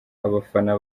abafana